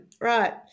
right